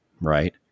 right